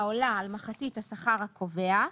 העולה על מחצית השכר הקובע,